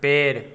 पेड़